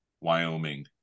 Wyoming